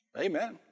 Amen